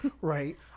Right